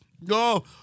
No